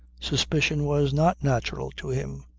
suspicion was not natural to him.